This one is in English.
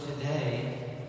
today